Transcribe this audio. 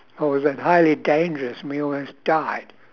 or was that highly dangerous we almost died